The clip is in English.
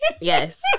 Yes